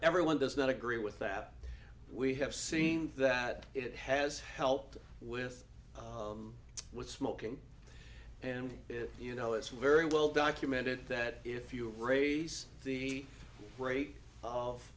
everyone does not agree with that we have seen that it has helped with with smoking and you know it's very well documented that if you raise the rate